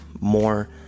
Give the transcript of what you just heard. more